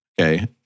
Okay